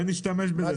אולי נשתמש בזה,